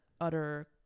utter